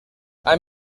hay